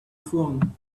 phone